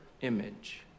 image